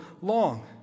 long